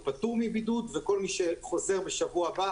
וכל מי שחוזר בשבוע הבא